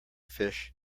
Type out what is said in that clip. fish